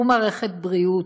ומערכת בריאות